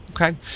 okay